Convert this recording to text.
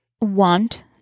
want